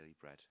bread